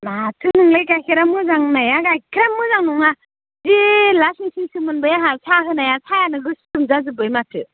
माथो नोंलाय गाइखेरा मोजां होननाया गाइखेरानो मोजां नङा जि लासिं सिंसो मोनबाय आंहा साहा होनाया साहाया गोसोम जाजोब्बाय माथो